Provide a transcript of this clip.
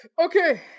Okay